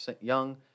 young